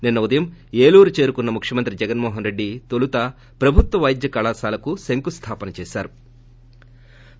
నిన్న ఉదయం ఏలూరు చేరుకున్న ముఖ్యమంత్రి జగన్ తొలుత ప్రభుత్వ వైద్య కళాశాలకు శంకుస్థాపన చేశారు